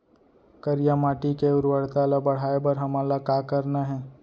करिया माटी के उर्वरता ला बढ़ाए बर हमन ला का करना हे?